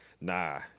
Nah